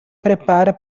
prepara